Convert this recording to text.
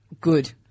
good